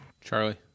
Charlie